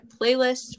playlists